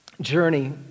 journey